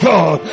God